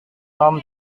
tom